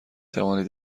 توانید